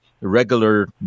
regular